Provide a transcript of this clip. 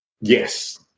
yes